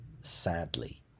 sadly